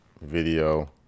video